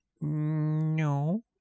No